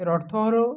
এর অর্থ হলো